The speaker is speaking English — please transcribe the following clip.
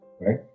Right